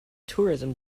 tourism